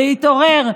להתעורר,